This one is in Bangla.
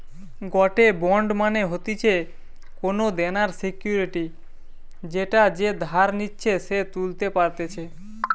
গটে বন্ড মানে হতিছে কোনো দেনার সিকুইরিটি যেটা যে ধার নিচ্ছে সে তুলতে পারতেছে